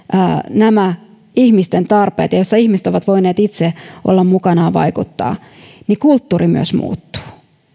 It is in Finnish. ihmisten tarpeet ja jossa ihmiset ovat voineet itse olla mukana ja vaikuttaa myös kulttuuri muuttuu myös